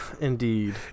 Indeed